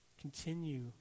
Continue